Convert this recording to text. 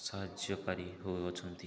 ସାହାଯ୍ୟକାରୀ ହଉ ଅଛନ୍ତି